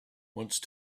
once